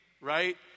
right